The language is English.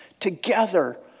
Together